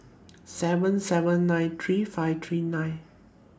seven seven nine three five three nine